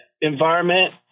environment